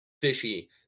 fishy